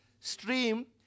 stream